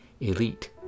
elite